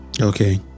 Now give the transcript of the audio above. okay